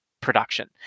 production